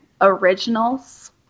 originals